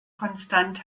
konstant